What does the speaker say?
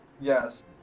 Yes